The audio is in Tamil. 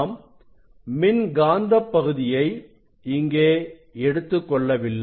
நாம் மின்காந்தப் பகுதியை இங்கே எடுத்துக்கொள்ளவில்லை